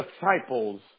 disciples